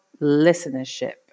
listenership